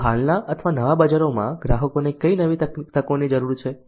તો હાલના અથવા નવા બજારોમાં ગ્રાહકોને કઈ નવી તકોની જરૂર છે